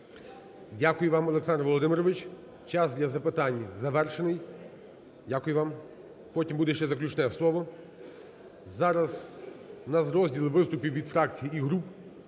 Дякую вам, Олександр Володимирович. Час для запитань завершений. Дякую вам. Потім буде ще заключне слово. Зараз у нас розділ виступів від фракцій і груп.